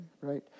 right